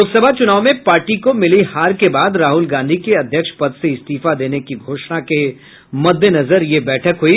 लोकसभा चुनाव में पार्टी को मिली हार के बाद राहुल गांधी के अध्यक्ष पद से इस्तीफा देने की घोषणा के मद्देनजर यह बैठक हुई